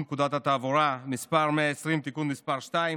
פקודת התעבורה (מס' 120) (תיקון מס' 2),